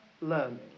learning